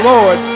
Lord